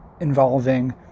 involving